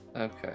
Okay